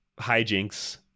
hijinks